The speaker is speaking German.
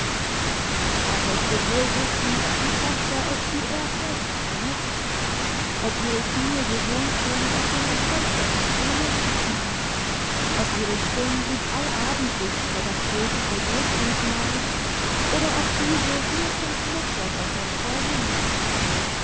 er möchte wohl wissen ob die tochter es wie er täglich benutzt ob ihre knie gewohnt sind auf dem gepolsterten schemel zu knien ob ihre stirn sich allabendlich über das große gebetbuch neigt oder ob dieses nur zum schmuck dort auf der schräge liegt